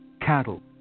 cattle